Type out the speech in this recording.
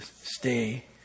stay